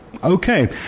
Okay